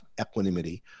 equanimity